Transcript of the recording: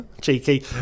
Cheeky